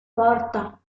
porta